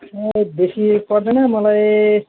बेसी पर्दैन मलाई